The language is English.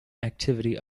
activity